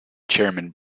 chairman